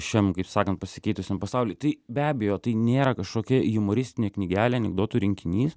šiam kaip sakant pasikeitusiam pasauly tai be abejo tai nėra kažkokia jumoristinė knygelė anekdotų rinkinys